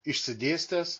išsidėstęs